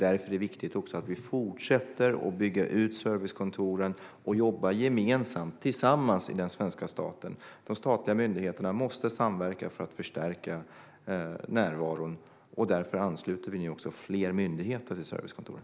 Därför är det viktigt att vi fortsätter att bygga ut servicekontoren och jobbar gemensamt i den svenska staten. De statliga myndigheterna måste samverka för att förstärka närvaron, och därför ansluter vi nu också fler myndigheter till servicekontoren.